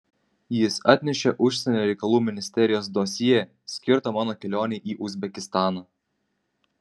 jis atnešė užsienio reikalų ministerijos dosjė skirtą mano kelionei į uzbekistaną